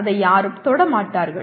அதை யாரும் தொட மாட்டார்கள்